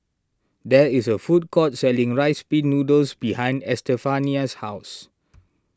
there is a food court selling Rice Pin Noodles behind Estefania's house